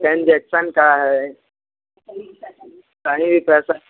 transaction का है कहीं भी पैसा